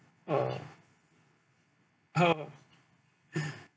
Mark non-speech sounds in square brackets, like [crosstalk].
okay oh [breath]